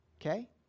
Okay